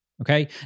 Okay